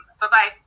Bye-bye